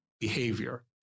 behavior